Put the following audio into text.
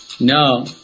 No